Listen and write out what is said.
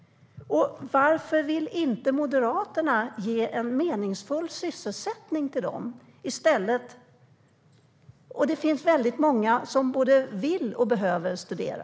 Varför vill inte Moderaterna ge en meningsfull sysselsättning till dem? Det finns många som både vill och behöver studera.